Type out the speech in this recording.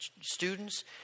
students